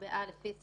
רכים ביחס